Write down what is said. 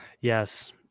yes